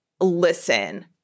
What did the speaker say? listen